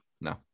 no